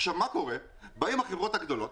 החברות הגדולות